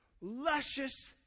luscious